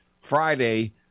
Friday